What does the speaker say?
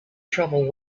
trouble